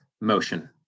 motion